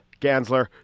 Gansler